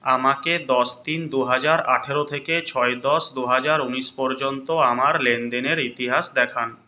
আমাকে দশ তিন দুহাজার আঠেরো থেকে ছয় দশ দুহাজার ঊনিশ পর্যন্ত আমার লেনদেনের ইতিহাস দেখান